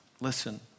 listen